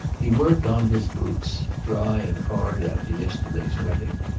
he worked on his boots, dry and hard after yesterday's wetting,